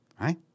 right